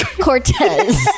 Cortez